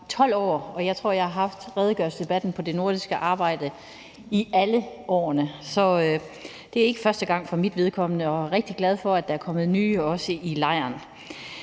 12 år, og jeg tror, jeg har været ordfører i redegørelsesdebatten om det nordiske samarbejde i alle årene. Så det er ikke første gang for mit vedkommende, og jeg er rigtig glad for, at der også er kommet nye i lejren.